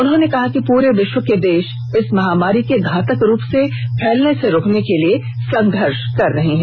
उन्होंने कहा कि पूरे विश्व के देश इस महामारी के घातक रूप से फैलने से रोकने के लिए संघर्ष कर रहे हैं